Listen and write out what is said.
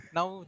Now